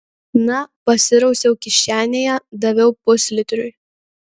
na pasirausiau kišenėje daviau puslitriui